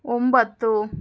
ಒಂಬತ್ತು